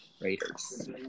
Raiders